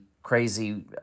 crazy